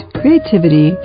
creativity